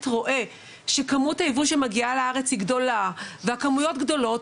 רואה שכמות הייבוא שמגיעה לארץ היא גדולה והכמויות גדולות,